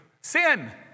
Sin